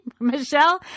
Michelle